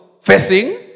facing